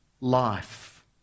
life